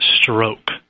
stroke